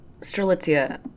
Strelitzia